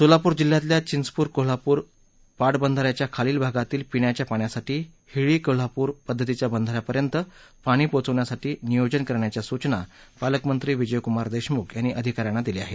सोलापूर जिल्ह्यातल्या चिंचपूर कोल्हापूर पाटबंधाऱ्याच्या खालील भागातील पिण्याच्या पाण्यासाठी हिळ्ळी कोल्हापूर पध्दतीच्या बंधाऱ्यापर्यंत पाणी पोहोचण्यासाठी नियोजन करण्याच्या सूचना पालकमंत्री विजयकुमार देशमुख यांनी अधिकाऱ्यांना दिल्या आहेत